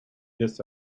this